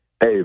hey